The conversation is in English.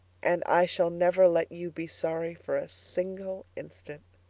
and i shall never let you be sorry for a single instant.